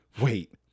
Wait